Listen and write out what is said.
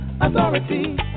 Authority